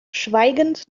schweigend